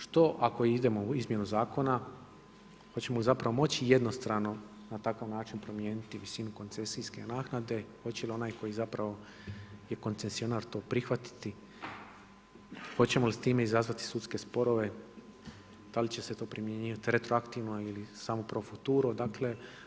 Što ako idemo u izmjenu zakona, hoćemo li zapravo moći jednostrano na takav način promijeniti visinu koncesijske naknade, hoće li onaj koji zapravo je koncesionar to prihvatiti, hoćemo li s time izazvati sudske sporove, da li će se to primjenjivat retroaktivno ili samo pro futuro dakle?